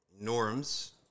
norms